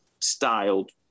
styled